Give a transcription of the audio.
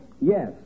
Yes